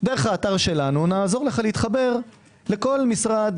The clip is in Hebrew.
דרך האתר שלנו נעזור לך להתחבר לכל משרד,